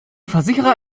versicherer